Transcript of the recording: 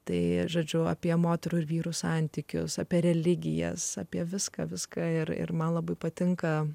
tai žodžiu apie moterų ir vyrų santykius apie religijas apie viską viską ir ir man labai patinka